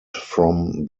from